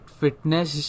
fitness